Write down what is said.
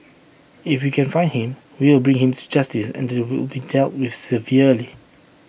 if we can find him we will bring him to justice and he will be dealt with severely